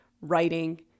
writing